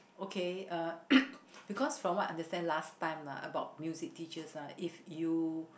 okay uh because from I understand last time lah about music teachers ah if you